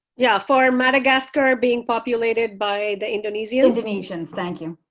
yeah, for madagascar being populated by the indonesians. indonesians, thank you.